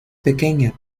pequeña